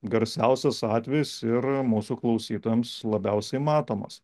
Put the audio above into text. garsiausias atvejis ir mūsų klausytojams labiausiai matomas